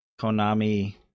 Konami